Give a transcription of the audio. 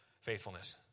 faithfulness